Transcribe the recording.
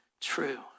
true